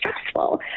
stressful